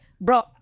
Bro